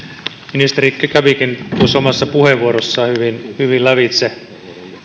ministeri kävikin tuossa omassa puheenvuorossaan hyvin hyvin lävitse